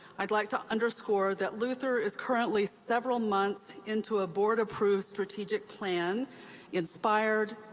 i would like to underscore that luther is currently several months into a board-approved strategic plan inspired.